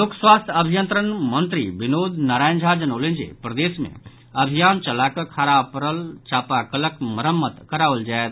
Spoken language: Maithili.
लोक स्वास्थ्य अभियंत्रण मंत्री विनोद नारायण झा जनौलनि जे प्रदेश मे अभियान चलाकऽ खराब पड़ल चापाकलक मरम्मत कराओल जायत